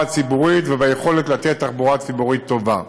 הציבורית וביכולת לתת תחבורה ציבורית טובה.